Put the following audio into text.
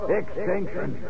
extinction